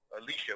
Alicia